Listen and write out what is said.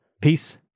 Peace